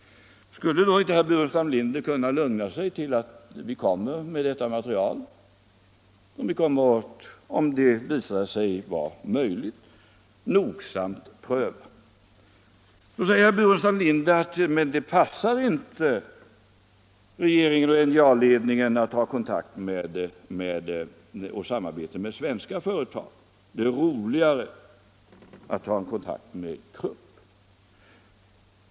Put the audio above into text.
Skulle inte herr Burenstam Linder kunna lugna sig tills vi lägger fram detta material, som vi kommer att nogsamt pröva? Då säger herr Burenstam Linder att det passar inte regeringen och NJA-ledningen att ha kontakt och samarbete med svenska företag —- det är roligare att ha en kontakt med Krupp.